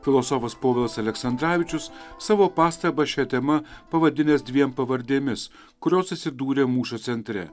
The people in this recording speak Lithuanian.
filosofas povilas aleksandravičius savo pastabą šia tema pavadinęs dviem pavardėmis kurios atsidūrė mūsų centre